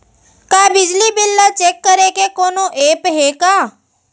का बिजली बिल ल चेक करे के कोनो ऐप्प हे का?